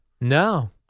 No